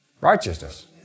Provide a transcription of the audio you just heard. Righteousness